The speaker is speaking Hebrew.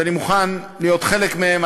שאני מוכן להיות חלק מהם,